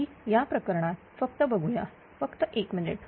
तरी या प्रकरणात फक्त बघूया फक्त एक मिनिट